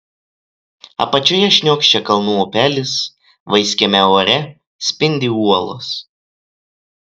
apačioje šniokščia kalnų upelis vaiskiame ore spindi uolos